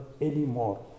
anymore